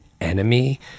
enemy